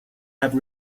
have